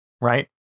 right